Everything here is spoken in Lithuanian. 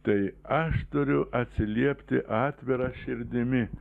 tai aš turiu atsiliepti atvira širdimi